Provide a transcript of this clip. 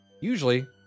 Usually